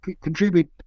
contribute